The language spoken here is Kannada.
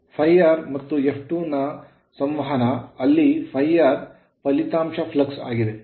ಈಗ ∅r ಮತ್ತು F2 ನ ಸಂವಹನ ಅಲ್ಲಿ∅r ಫಲಿತಾಂಶಫ್ಲಕ್ಸ್ ಆಗಿದೆ